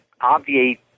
obviate